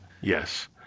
Yes